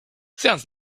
sounds